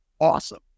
awesome